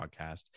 podcast